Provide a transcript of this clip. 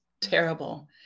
terrible